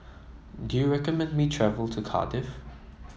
do you recommend me travel to Cardiff